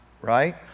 Right